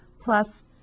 Plus